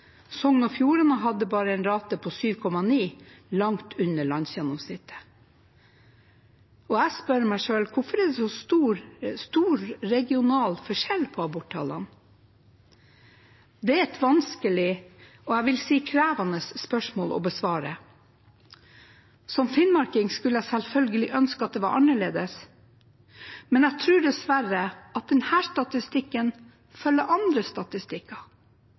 Sogn og Fjordane hadde en rate på bare 7,9, langt under landsgjennomsnittet. Jeg spør meg selv: Hvorfor er det så store regionale forskjeller på aborttallene? Det er et vanskelig, og jeg vil si krevende, spørsmål å besvare. Som finnmarking skulle jeg selvfølgelig ønske det var annerledes, men jeg tror dessverre denne statistikken følger andre statistikker.